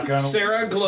Sarah